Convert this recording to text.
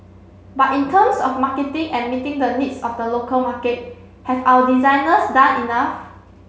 but in terms of marketing and meeting the needs of the local market have our designers done enough